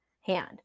hand